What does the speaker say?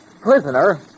Prisoner